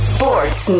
Sports